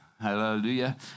Hallelujah